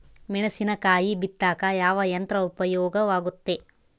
ಮೆಣಸಿನಕಾಯಿ ಬಿತ್ತಾಕ ಯಾವ ಯಂತ್ರ ಉಪಯೋಗವಾಗುತ್ತೆ?